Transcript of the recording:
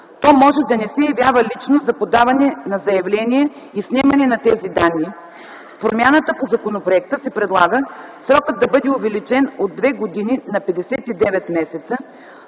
то може да не се явява лично за подаване на заявление и снемане на тези данни. С промяната по законопроекта се предлага срокът да бъде увеличен от 2 години на 59 месеца,